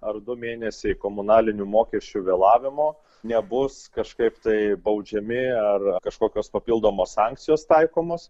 ar du mėnesiai komunalinių mokesčių vėlavimo nebus kažkaip tai baudžiami ar kažkokios papildomos sankcijos taikomos